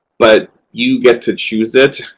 but you get to choose it.